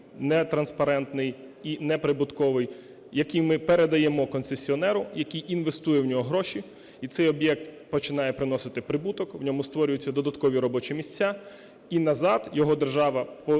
нетраспарентний і неприбутковий, який ми передаємо концесіонеру, який інвестує в нього гроші, і цей об'єкт починає приносити прибуток, в ньому створюються додаткові робочі місця і назад його держава